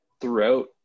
throughout